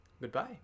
goodbye